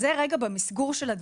אז זה רגע במסגור של הדברים.